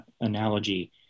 analogy